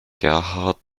gerhard